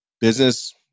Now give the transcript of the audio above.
business